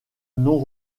non